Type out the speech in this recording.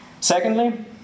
Secondly